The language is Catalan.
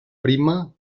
prima